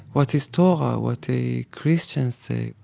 what is torah. what the christians say.